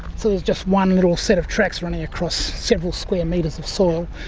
see there's just one little set of tracks running across several square metres of soil.